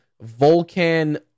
Volcan